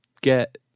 get